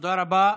תודה רבה.